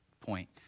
point